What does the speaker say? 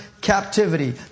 captivity